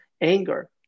anger